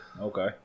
Okay